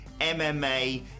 MMA